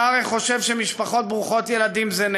אתה הרי חושב שמשפחות ברוכות ילדים זה נטל,